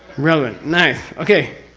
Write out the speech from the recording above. relevant. nice! okay.